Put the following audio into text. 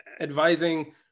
advising